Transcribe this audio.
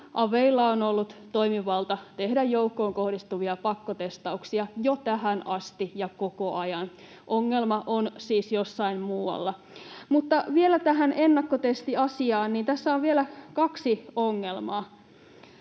aveilla on ollut toimivalta tehdä joukkoon kohdistuvia pakkotestauksia jo tähän asti ja koko ajan. Ongelma on siis jossain muualla. Mutta vielä tähän ennakkotestiasiaan: Tässä on vielä kaksi ongelmaa.